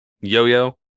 yo-yo